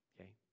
okay